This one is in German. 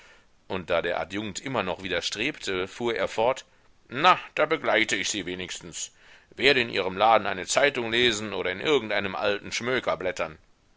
und da der adjunkt immer noch widerstrebte fuhr er fort na da begleite ich sie wenigstens werde in ihrem laden eine zeitung lesen oder in irgendeinem alten schmöker blättern